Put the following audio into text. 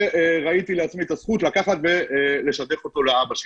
וראיתי לעצמי את הזכות לקחת ולשדך אותו לאבא שלי.